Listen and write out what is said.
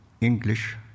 English